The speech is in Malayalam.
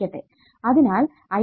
അതിനാൽ I1 IAIB